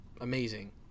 amazing